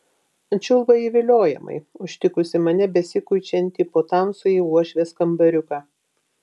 čiulba ji viliojamai užtikusi mane besikuičiantį po tamsųjį uošvės kambariuką